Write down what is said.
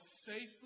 safely